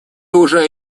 уже